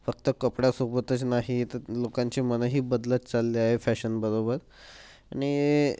फक्त कपड्यासोबतच नाही तर लोकांचे मनही बदलत चालले आहे फॅशनबरोबर आणि